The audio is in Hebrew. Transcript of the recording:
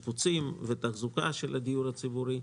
השיפוצים ותחזוקה של הדיור הציבורי.